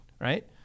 right